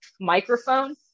microphone